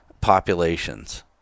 populations